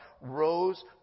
rose